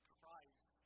Christ